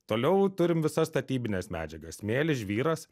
toliau turim visas statybines medžiagas smėlis žvyras